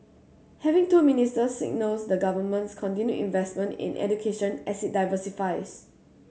having two ministers signals the Government's continued investment in education as it diversifies